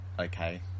okay